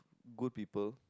good people